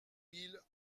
mille